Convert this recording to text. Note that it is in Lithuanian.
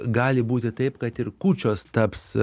gali būti taip kad ir kūčios taps